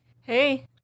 Hey